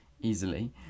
easily